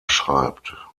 schreibt